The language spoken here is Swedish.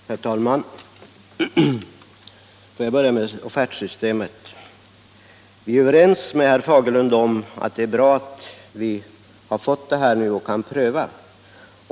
Herr talman! Får jag börja med offertsystemet. Vi är överens med herr Fagerlund om att det är bra att vi har fått det nu och att vi får pröva det.